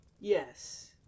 yes